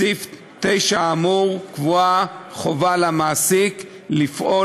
בסעיף 9 האמור קבועה חובה למעסיק לפעול